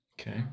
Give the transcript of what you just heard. Okay